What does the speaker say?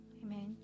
Amen